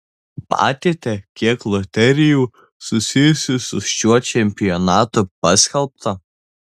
matėte kiek loterijų susijusių su šiuo čempionatu paskelbta